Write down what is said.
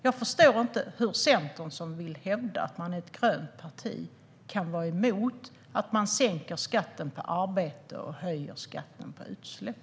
Jag förstår inte hur Centern, som vill hävda att man är ett grönt parti, kan vara emot att man sänker skatten på arbete och höjer skatten på utsläpp.